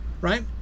right